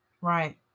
right